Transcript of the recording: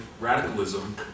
radicalism